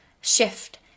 shift